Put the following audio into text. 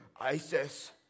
ISIS